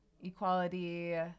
equality